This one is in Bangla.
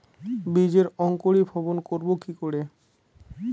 বীজের অঙ্কোরি ভবন করব কিকরে?